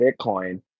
Bitcoin